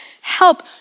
Help